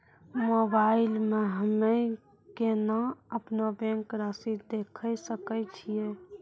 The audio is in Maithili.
मोबाइल मे हम्मय केना अपनो बैंक रासि देखय सकय छियै?